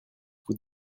vous